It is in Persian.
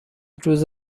روز